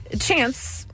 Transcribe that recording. Chance